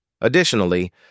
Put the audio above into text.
Additionally